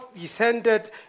descended